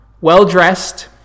well-dressed